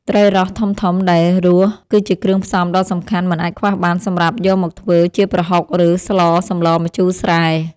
ត្រីរ៉ស់ធំៗដែលនៅរស់គឺជាគ្រឿងផ្សំដ៏សំខាន់មិនអាចខ្វះបានសម្រាប់យកមកធ្វើជាប្រហុកឬស្លសម្លម្ជូរស្រែ។